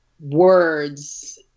words